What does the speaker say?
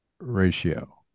ratio